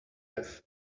have